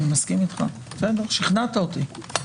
בסדר, שכנעת אותי.